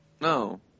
No